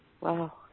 Wow